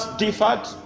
differed